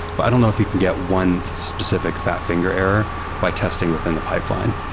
but i don't know if you could get one specific fat finger error by testing within the pipeline.